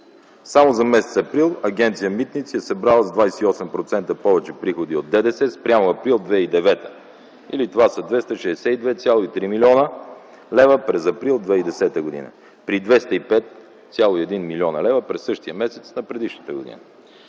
Само за м. април Агенция „Митници” е събрала с 28% повече приходи от ДДС спрямо април 2009 г. или това са 262,3 млн. лв. през април 2010 г. при 205,1 млн. лв. през същия месец на предишната година.